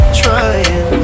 trying